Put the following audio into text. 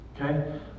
Okay